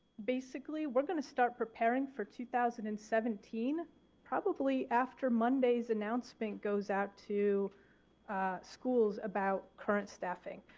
basically we're going to start preparing for two thousand and seventeen probably after monday's announcement goes out to schools about current staffing.